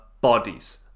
bodies